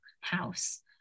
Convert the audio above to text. House